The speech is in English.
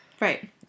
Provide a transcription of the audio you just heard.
Right